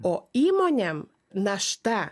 o įmonėm našta